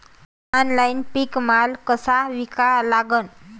Online पीक माल कसा विका लागन?